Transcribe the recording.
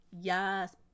Yes